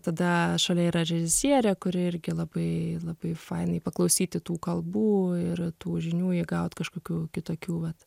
tada šalia yra režisierė kuri irgi labai labai fainai paklausyti tų kalbų ir tų žinių įgaut kažkokių kitokių vat